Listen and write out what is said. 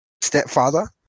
Stepfather